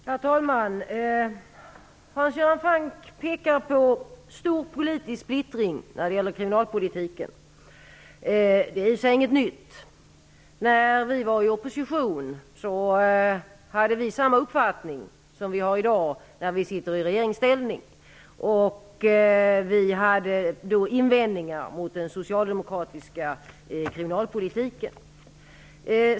Herr talman! Hans Göran Franck talar om en stor politisk splittring när det gäller kriminalpolitiken. Det är i och för sig inget nytt. När vi var i opposition hade vi samma uppfattning som vi har i dag när vi befinner oss i regeringsställning. Vi hade då invändningar mot den socialdemokratiska kriminalpolitiken.